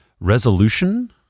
resolution